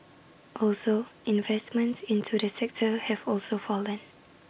also investments into the sector have also fallen